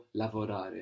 lavorare